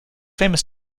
famous